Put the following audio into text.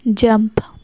jump